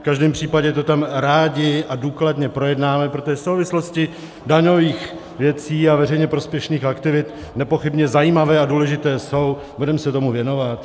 V každém případě to tam rádi a důkladně projednáme, protože souvislosti daňových věcí a veřejně prospěšných aktivit nepochybně zajímavé a důležité jsou, budeme se tomu věnovat.